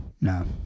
No